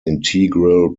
integral